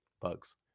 bugs